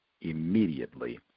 immediately